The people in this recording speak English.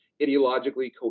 ideologically